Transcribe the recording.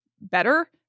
better